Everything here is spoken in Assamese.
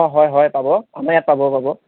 অঁ হয় হয় পাব আমাৰ ইয়াত পাব পাব